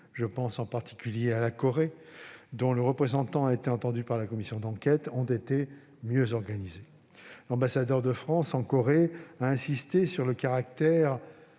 je pense en particulier à la République de Corée, dont le représentant a été entendu par la commission d'enquête -ont été mieux organisés. L'ambassadeur de France en République de Corée a insisté sur le caractère